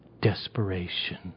desperation